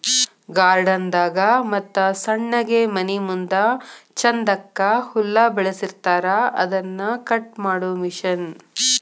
garden ದಾಗ ಮತ್ತ ಸಣ್ಣಗೆ ಮನಿಮುಂದ ಚಂದಕ್ಕ ಹುಲ್ಲ ಬೆಳಸಿರತಾರ ಅದನ್ನ ಕಟ್ ಮಾಡು ಮಿಷನ್